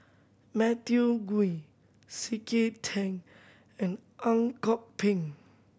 Matthew Gui C K Tang and Ang Kok Peng